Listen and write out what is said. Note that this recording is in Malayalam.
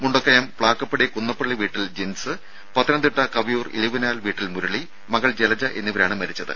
മുണ്ടക്കയം പ്പാക്കപ്പടി കുന്നപ്പള്ളി വീട്ടിൽ ജിൻസ് പത്തനംതിട്ട കവിയൂർ ഇലവിനാൽ വീട്ടിൽ മുരളി മകൾ ജലജ എന്നിവരാണ് മരിച്ചത്